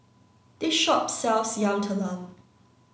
this shop sells Yam Talam